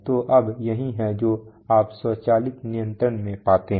तो अब यही है जो आप स्वचालित नियंत्रण में पाते हैं